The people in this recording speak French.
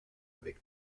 avec